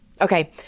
Okay